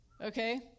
Okay